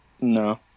No